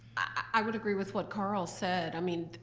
i would agree with what carl said. i mean,